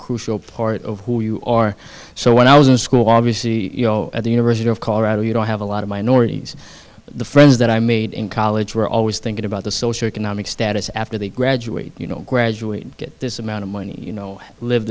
crucial part of who you are so when i was in school obviously you know at the university of colorado you don't have a lot of minorities the friends that i made in college were always thinking about the social economic status after they graduate you know graduate get this amount of money you know live